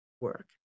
work